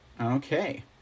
Okay